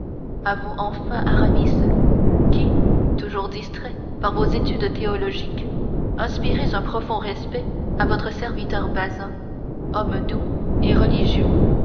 à vous enfin aramis qui toujours distrait par vos études théologiques inspirez un profond respect à votre serviteur bazin homme doux et religieux